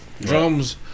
drums